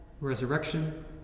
resurrection